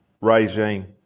regime